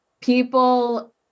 people